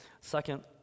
Second